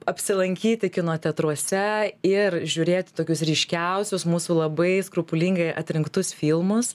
apsilankyti kino teatruose ir žiūrėti tokius ryškiausius mūsų labai skrupulingai atrinktus filmus